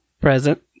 Present